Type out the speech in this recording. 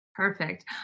Perfect